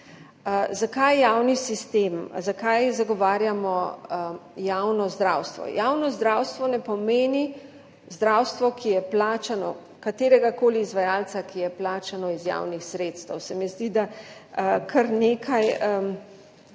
Zakaj javni sistem, zakaj zagovarjamo javno zdravstvo? Javno zdravstvo ne pomeni zdravstva, ki je plačano, kateregakoli izvajalca, ki je plačan iz javnih sredstev. Se mi zdi, da kar nekaj